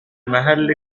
محل